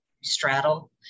straddle